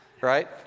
right